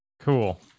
Cool